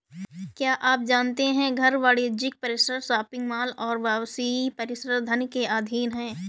क्या आप जानते है घर, वाणिज्यिक परिसर, शॉपिंग मॉल और आवासीय परिसर धनकर के अधीन हैं?